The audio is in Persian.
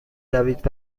روید